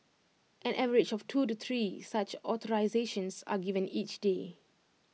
an average of two to three such authorisations are given each day